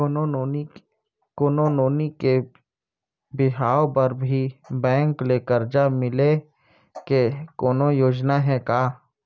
नोनी के बिहाव बर भी बैंक ले करजा मिले के कोनो योजना हे का?